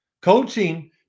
Coaching